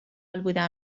کنکور